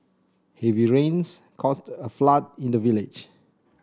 heavy rains caused a flood in the village